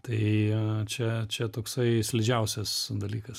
tai čia čia toksai slidžiausias dalykas